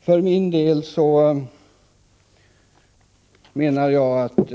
För min del menar jag att